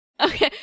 Okay